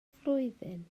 flwyddyn